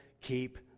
keep